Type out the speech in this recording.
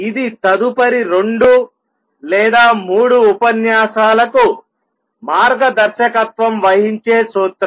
ఇది తదుపరి రెండు లేదా మూడు ఉపన్యాసాలకు మార్గదర్శకత్వం వహించే సూత్రం